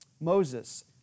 Moses